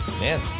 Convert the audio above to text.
Man